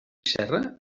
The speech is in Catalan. serra